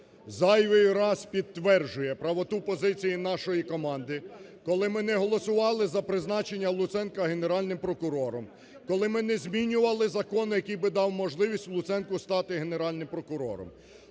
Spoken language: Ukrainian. зайвий раз підтверджує правоту позиції нашої команди, коли ми не голосували за призначення Луценка Генеральним прокурором, коли ми не змінювали закон, який би дав можливість Луценку стати Генеральним прокурором.